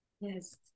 Yes